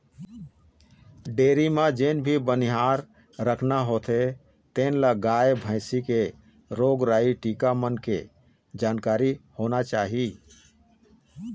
dairy म जेन भी बनिहार राखना होथे तेन ल गाय, भइसी के रोग राई, टीका मन के जानकारी होना चाही